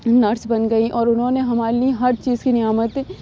nurse بن گئیں اور انہوں نے ہمارے لیے ہر چیز کی نعمتیں